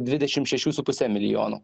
dvidešim šešių su puse milijono